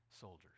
soldiers